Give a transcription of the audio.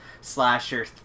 slasher